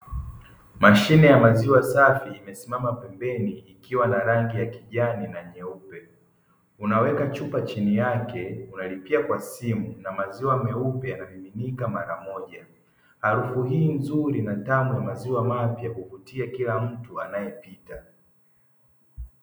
Mashine ya maziwa safi imesimama pembeni ikiwa na rangi ya kijani na nyeupe, unaweka Chupa chini yake unalipia Kwa simu na maziwa meupe yanamiminika mara moja, harufu hii nzuri na tamu ya maziwa mapya huvutia kila mtu anayepita.